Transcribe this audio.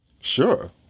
Sure